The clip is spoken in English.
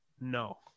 no